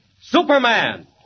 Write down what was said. Superman